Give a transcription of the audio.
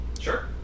sure